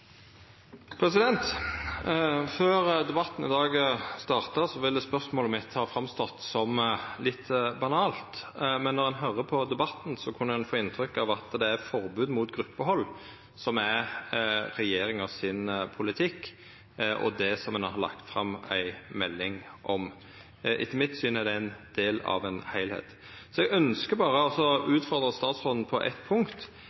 Før debatten i dag starta, ville spørsmålet mitt stått fram som litt banalt, men når ein høyrer på debatten, kan ein få inntrykk av at det er eit forbod mot gruppehald som er regjeringa sin politikk, og det som ein har lagt fram ei melding om. Etter mitt syn er det ein del av ein heilskap. Eg ønskjer berre å utfordra statsråden på eitt punkt: